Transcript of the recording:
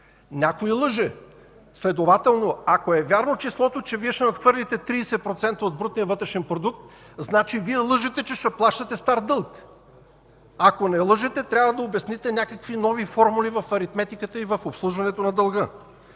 Някой лъже! Следователно ако е вярно числото, че Вие ще надхвърлите 30% от брутния вътрешен продукт, значи Вие лъжете, че ще плащате стар дълг! Ако не лъжете, трябва да обясните някакви нови формули в аритметиката и в обслужването на дълга.